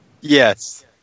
Yes